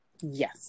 Yes